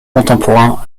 contemporain